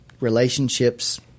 relationships